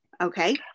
Okay